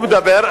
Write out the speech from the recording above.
הוא מדבר,